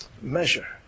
measure